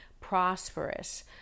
prosperous